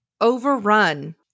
overrun